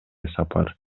сапар